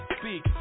speak